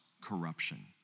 corruption